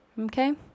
okay